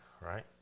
right